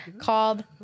called